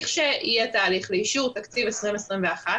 לכשיהיה תהליך לאישור תקציב 2021,